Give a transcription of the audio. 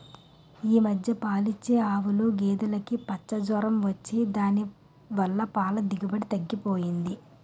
ఈ మధ్య పాలిచ్చే ఆవులు, గేదులుకి పచ్చ జొరం వచ్చి దాని వల్ల పాల దిగుబడి తగ్గిపోయింది